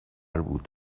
بود